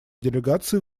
делегации